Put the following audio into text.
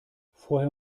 vorher